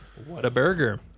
Whataburger